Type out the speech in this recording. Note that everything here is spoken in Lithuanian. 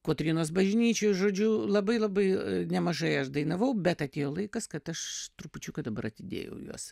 kotrynos bažnyčioj žodžiu labai labai nemažai aš dainavau bet atėjo laikas kad aš trupučiuką dabar atidėjau juos